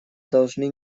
должны